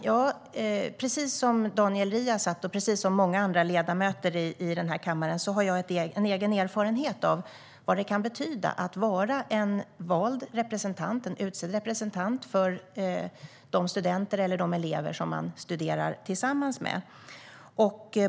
Jo, precis som Daniel Riazat och många andra ledamöter i den här kammaren har jag egen erfarenhet av vad det kan betyda att vara vald representant, utsedd representant, för de studenter eller elever som man studerar tillsammans med.